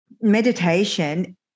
meditation